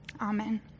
Amen